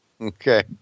Okay